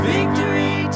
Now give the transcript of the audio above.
Victory